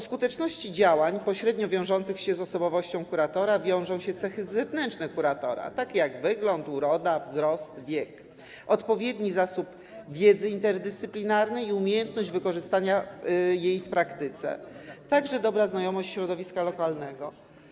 Skuteczność działań pośrednio wiąże się z osobowością kuratora, jego cechami zewnętrznymi, takimi jak wygląd, uroda, wzrost, wiek, odpowiedni zasób wiedzy interdyscyplinarnej i umiejętność wykorzystania jej w praktyce, a także dobra znajomość środowiska lokalnego.